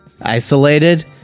isolated